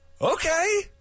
okay